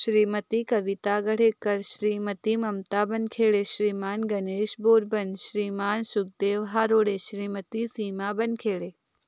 Shrimati Kavita Gharekar Shrimati Mamata Wankhede Shriman Ganesh Borban Shriman Sukhdev Harore Shrimati Seema Wankhede